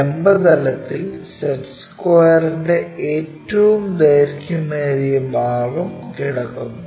ലംബ തലത്തിൽ സെറ്റ് സ്ക്വയറിന്റെ ഏറ്റവും ദൈർഘ്യമേറിയ ഭാഗം കിടക്കുന്നു